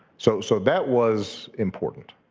so so that was important.